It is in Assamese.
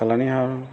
চালানী হাঁহ